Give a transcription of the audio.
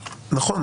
נכון.